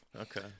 okay